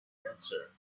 answer